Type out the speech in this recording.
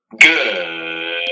Good